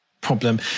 problem